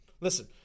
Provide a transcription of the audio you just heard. Listen